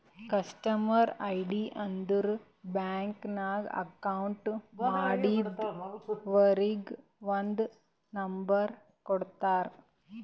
customer ID ಅಂದುರ್ bank ನಾಗ್ account ಮಾಡ್ದವರಿಗ್ ಒಂದ್ ನಂಬರ್ ಕೊಡ್ತಾರ್